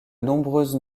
nombreuses